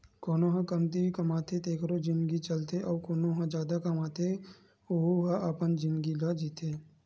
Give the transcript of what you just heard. कोनो ह कमती कमाथे तेखरो जिनगी चलथे अउ कोना ह जादा कमावत हे वहूँ ह अपन जिनगी ल जीथे